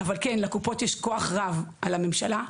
אבל לקופות יש כוח רב על הממשלה.